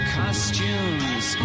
costumes